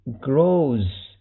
grows